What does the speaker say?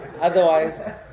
otherwise